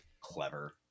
clever